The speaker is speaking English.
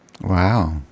Wow